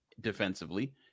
defensively